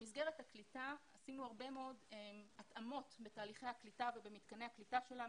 עשינו התאמות בתהליכי ובמתקני הקליטה שלנו,